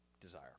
desire